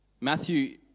Matthew